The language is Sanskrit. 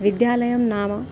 विद्यालयं नाम